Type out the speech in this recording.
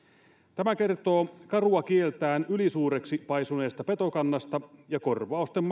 tämä kertoo karua kieltään ylisuureksi paisuneesta petokannasta ja korvausten